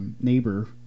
neighbor